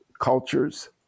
cultures